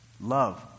love